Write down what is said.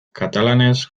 katalanez